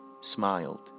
smiled